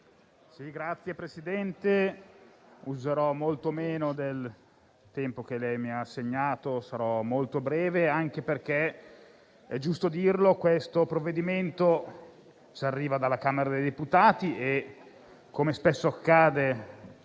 Signor Presidente, userò molto meno del tempo che mi è stato assegnato; sarò molto breve anche perché - è giusto dirlo - questo provvedimento ci arriva dalla Camera dei deputati e, come spesso accade